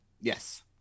Yes